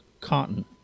cotton